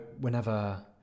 whenever